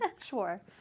sure